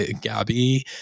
Gabby